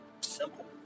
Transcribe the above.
simple